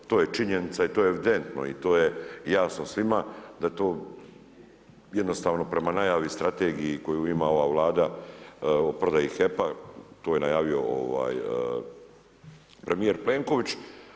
To je činjenica i to evidentno i to je jasno svima da je to jednostavno prema najavi strategiji koju ima ova Vlada o prodaji HEP-a to je najavio premijer Plenković.